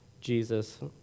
Jesus